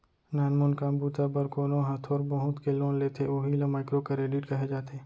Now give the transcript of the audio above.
नानमून काम बूता बर कोनो ह थोर बहुत के लोन लेथे उही ल माइक्रो करेडिट कहे जाथे